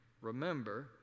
remember